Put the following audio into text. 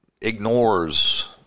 ignores